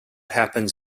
happens